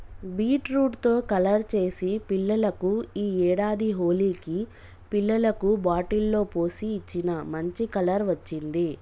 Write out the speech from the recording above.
beetroot తో colour చేసి పిల్లలకు ఈ ఏడాది హోలికి పిల్లలకు బాటిల్ లో పోసి ఇచ్చిన, మంచి కలర్ వచ్చింది